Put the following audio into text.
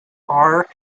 are